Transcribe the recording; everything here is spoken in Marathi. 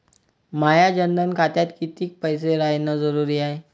माया जनधन खात्यात कितीक पैसे रायन जरुरी हाय?